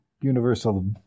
universal